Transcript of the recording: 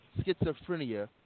schizophrenia